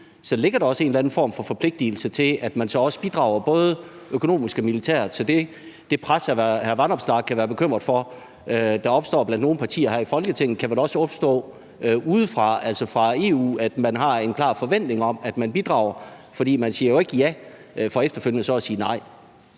så ligger der også en eller anden form for forpligtelse til, at man så også bidrager både økonomisk og militært? Så det pres, hr. Alex Vanopslagh kan være bekymret for vil opstå blandt nogle partier her i Folketinget, kan vel også opstå udefra, altså fra EU, ved at man har en klar forventning om, at vi bidrager. For man siger jo ikke ja for så efterfølgende at sige nej.